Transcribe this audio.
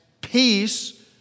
peace